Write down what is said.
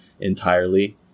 entirely